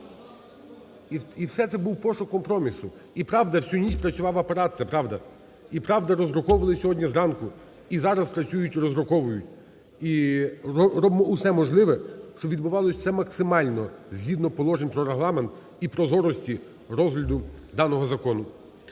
І все це був пошук компромісу. І правда, всю ніч працював Апарат. Це правда. І правда, роздруковували сьогодні зранку. І зараз працюють і роздруковують. І робимо все можливе, щоб відбувалось все максимально згідно положень про Регламент і прозорості розгляду даного закону.